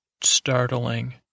Startling